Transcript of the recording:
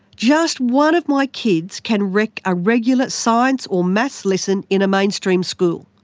just one of my kids can wreck a regular science or maths lesson in a mainstream school.